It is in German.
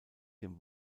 dem